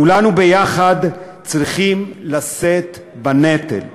כולנו יחד צריכים לשאת בנטל.